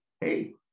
hey